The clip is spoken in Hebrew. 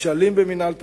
כשלים במינהל תקין,